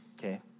okay